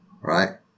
right